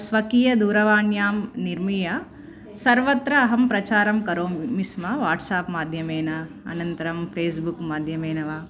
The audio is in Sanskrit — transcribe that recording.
स्वकीयदूरवाण्यां निर्मीय सर्वत्र अहं प्रचारं करोमि स्म वाट्साप्माध्यमेन अनन्तरं पेस्बुक्माध्यमेन वा